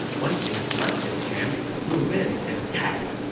once they have left their camp, move in and attack.